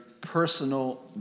personal